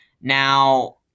Now